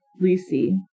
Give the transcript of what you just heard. Lisi